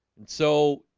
and so